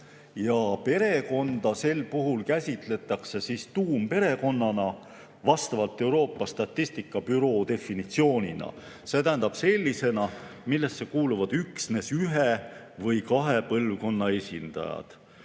Perekonda sel puhul käsitletakse siis tuumperekonnana vastavalt Euroopa Liidu statistikabüroo definitsioonile, see tähendab sellisena, millesse kuuluvad üksnes ühe või kahe põlvkonna esindajad.